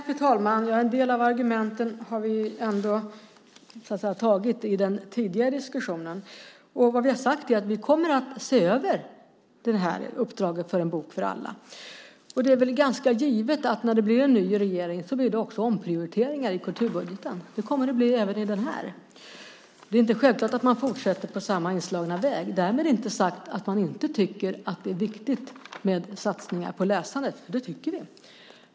Fru talman! En del av argumenten har vi haft i den tidigare diskussionen. Vad vi har sagt är att vi kommer att se över uppdraget för En bok för alla. Det är väl ganska givet att när det blir en ny regering blir det också omprioriteringar i kulturbudgeten. Det kommer det att bli även i den här. Det är inte självklart att man fortsätter på samma inslagna väg. Därmed inte sagt att vi inte tycker att det är viktigt med satsningar på läsandet, för det tycker vi.